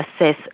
assess